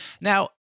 Now